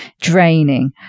draining